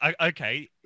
okay